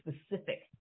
specific